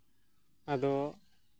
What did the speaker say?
ᱟᱫᱚ